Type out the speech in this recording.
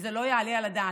וזה לא יעלה על הדעת.